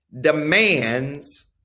demands